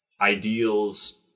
ideals